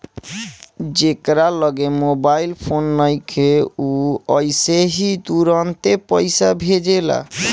जेकरा लगे mobile phone नइखे उ अइसे ही तुरंते पईसा भेजेला